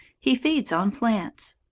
he feeds on plants.